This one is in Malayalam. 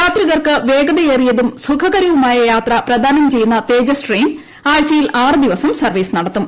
യാത്രികർക്ക് വേഗതയേറിയതും സുഖകരവുമായ യാത്ര പ്രദാനം ചെയ്യുന്ന തേജസ് ട്രെയിൻ ആഴ്ചയിൽ ആറ് ദിവസം സർവ്വീസ് നടത്തും